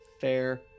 Fair